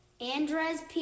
Andres